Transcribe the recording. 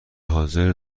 حاضر